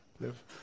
live